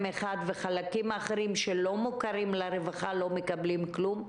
אחד ויש כאלה שלא מוכרים לרווחה שלא מקבלים כלום.